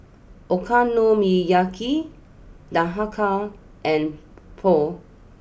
Okonomiyaki Dhokla and Pho